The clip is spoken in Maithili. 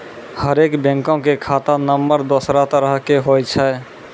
हरेक बैंको के खाता नम्बर दोसरो तरह के होय छै